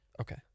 Okay